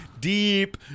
Deep